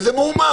איזו מהומה?